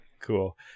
cool